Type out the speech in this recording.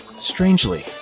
Strangely